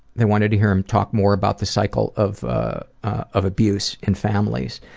they wanted to hear him talk more about the cycle of ah of abuse in families.